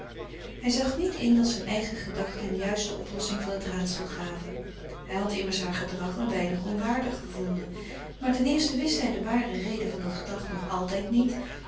hij zag niet in dat zijn eigen gedachten hem juist de oplossing van het raadsel gaven hij had immers haar gedrag een weinig onwaardig gevonden maar ten eerste wist hij de ware reden van dat gedrag nog altijd niet